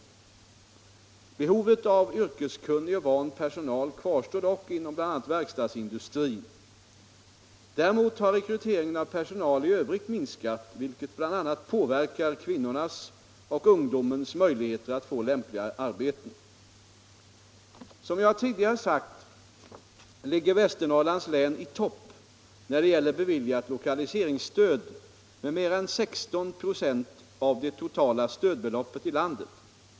Behovet av yrkeskunnig och van personal kvarstår dock inom bl.a. verkstadsindustrin. Däremot har rekryteringen av personal i övrigt minskat, vilket bl.a. påverkar kvinnornas och ungdomens möjligheter att få lämpliga arbeten. Som jag tidigare sagt ligger Västernorrlands län i topp när det gäller beviljat lokaliseringsstöd med mer än 16 26 av det totala stödbeloppet i landet.